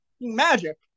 magic